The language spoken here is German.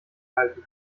halten